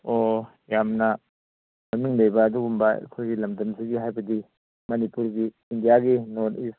ꯑꯣ ꯌꯥꯝꯅ ꯃꯃꯤꯡ ꯂꯩꯕ ꯑꯗꯨꯒꯨꯝꯕ ꯑꯩꯈꯣꯏꯒꯤ ꯂꯝꯗꯝꯁꯤꯒꯤ ꯍꯥꯏꯕꯗꯤ ꯃꯅꯤꯄꯨꯔꯒꯤ ꯏꯟꯗꯤꯌꯥꯒꯤ ꯅꯣꯔꯠ ꯏꯁ